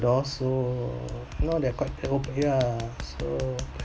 door so now they're quite open ya so